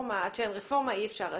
עד שאין רפורמה, אי אפשר.